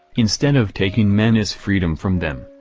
instead of taking men s freedom from them,